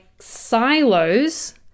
silos